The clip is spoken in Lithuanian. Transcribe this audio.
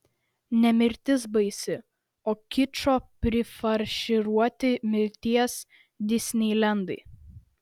ne mirtis baisi o kičo prifarširuoti mirties disneilendai